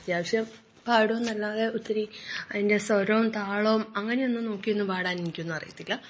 അത്യാവശ്യം പാടുമെന്നല്ലാതെ ഒത്തിരി അതിൻറ്റെ സ്വരവും താളവും അങ്ങനെ ഒന്നും നോക്കിയൊന്നും പാടാൻ എനിക്കൊന്നും അറിയത്തില്ല